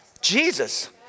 Jesus